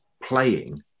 playing